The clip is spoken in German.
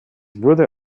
wurde